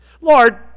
Lord